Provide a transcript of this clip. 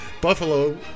Buffalo